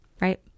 right